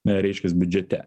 reiškias biudžete